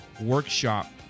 workshop